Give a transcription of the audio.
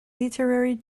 literary